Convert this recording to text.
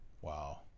Wow